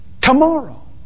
tomorrow